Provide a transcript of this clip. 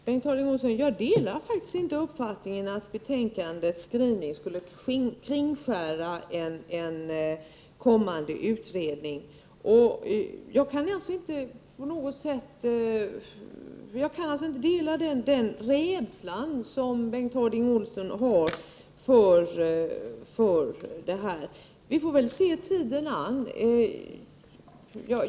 Herr talman! Jag delar faktiskt inte uppfattningen, Bengt Harding Olson, att betänkandets skrivning skulle kringskära en kommande utredning. Jag kan alltså inte dela den rädsla som Bengt Harding Olson har för detta. Vi får väl se tiden an.